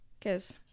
cause